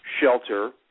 shelter